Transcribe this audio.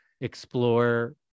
explore